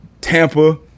Tampa